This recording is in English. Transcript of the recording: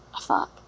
fuck